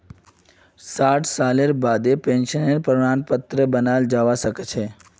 साठ सालेर बादें पेंशनेर प्रमाण पत्र बनाल जाबा सखछे